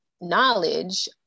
knowledge